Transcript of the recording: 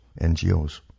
NGOs